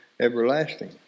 everlasting